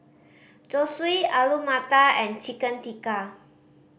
Zosui Alu Matar and Chicken Tikka